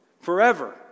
Forever